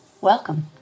Welcome